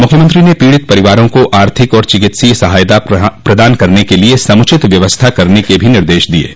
मुख्यमंत्री ने पीड़ित परिवारों को आर्थिक और चिकित्सीय सहायता प्रदान करने के लिये समुचित व्यवस्था करने का भी निर्देश दिया हैं